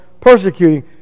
persecuting